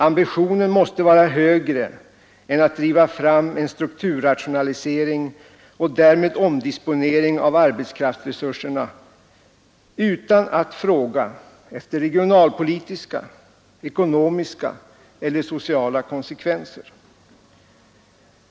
Ambitionen måste vara högre än att driva fram en strukturrationalisering och därmed omdisponering av arbetskraftsresurserna utan att fråga efter regionalpolitiska, ekonomiska eller sociala konsekvenser.